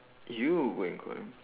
you were very 乖